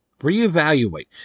Reevaluate